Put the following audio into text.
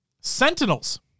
Sentinels